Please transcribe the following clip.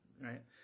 Right